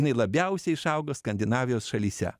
jinai labiausiai išaugus skandinavijos šalyse